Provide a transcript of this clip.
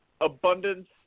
abundance